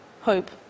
hope